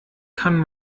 kann